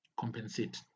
compensate